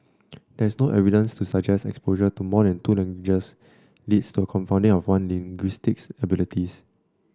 there is no evidence to suggest exposure to more than two languages leads to a confounding of one's linguistic abilities